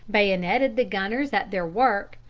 bayoneted the gunners at their work,